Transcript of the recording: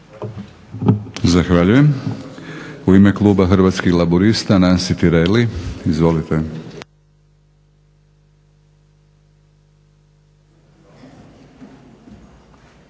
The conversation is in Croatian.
Zahvaljujem. U ime Kluba Hrvatskih laburista Nansi Tireli. Izvolite.